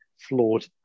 flawed